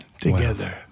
together